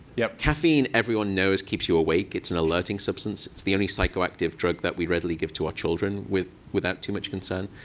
yeah caffeine, everyone knows, keeps you awake. it's an alerting substance. it's the only psychoactive drug that we readily give to our children without too much concern.